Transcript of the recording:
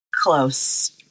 close